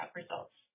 results